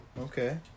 okay